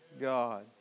God